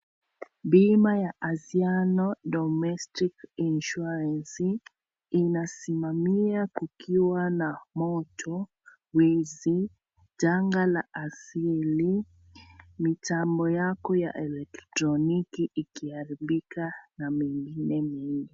Bima ya Anziano Domestic Insurancey inasimamia kukiwa na moto, wizi, janga la asili, mitambo yako ya eletroniki ikiharibika na mengine mengi.